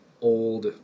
old